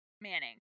Manning